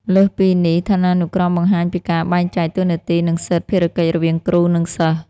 លើសពីនេះឋានានុក្រមបង្ហាញពីការបែងចែកតួនាទី និងសិទិ្ធភារកិច្ចរវាងគ្រូ និងសិស្ស។